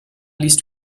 least